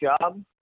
job